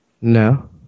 No